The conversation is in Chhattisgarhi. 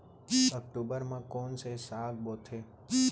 अक्टूबर मा कोन से साग बोथे?